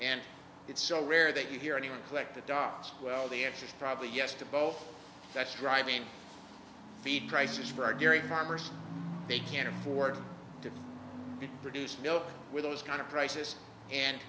and it's so rare that you hear anyone collect the dots well the answer is probably yes to both that's driving feed prices for dairy farmers they can't afford to produce milk with those kind of prices and